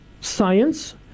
Science